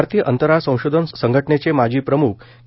भारतीय अंतराळ संशोधन संघटनेचे माजी प्रमुख के